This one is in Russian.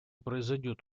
произойдет